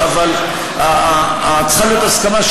אבל צריכה להיות הסכמה,